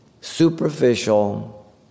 superficial